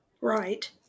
Right